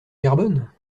carbone